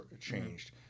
changed